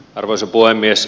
arvoisa puhemies